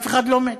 אף אחד לא מת